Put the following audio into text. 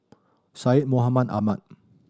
Syed Mohamed Ahmed